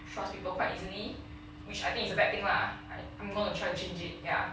trust people quite easily which I think is a bad thing lah I am gonna try to change it ya